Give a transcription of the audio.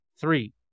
three